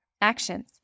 Actions